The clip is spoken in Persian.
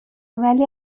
ولی